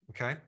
Okay